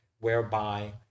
whereby